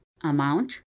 amount